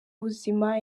ubuzima